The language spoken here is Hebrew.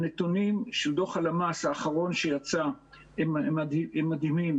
הנתונים של דוח הלמ"ס האחרון שיצא הם מדהימים,